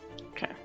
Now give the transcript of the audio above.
Okay